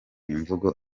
imvugo